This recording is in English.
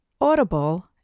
Audible